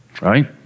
right